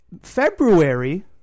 February